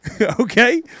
Okay